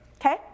okay